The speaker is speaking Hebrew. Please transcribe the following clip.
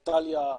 איטליה,